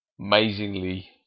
amazingly